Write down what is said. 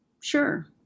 Sure